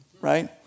right